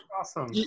awesome